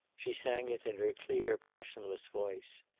she sang it in her clear passionless voice.